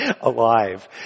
alive